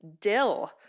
dill